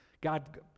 God